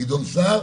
גדעון סער,